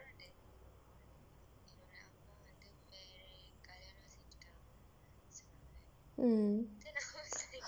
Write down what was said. mm